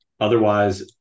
Otherwise